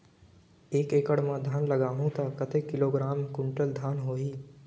एक एकड़ मां धान लगाहु ता कतेक किलोग्राम कुंटल धान होही?